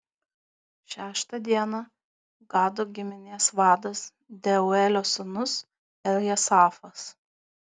šeštą dieną gado giminės vadas deuelio sūnus eljasafas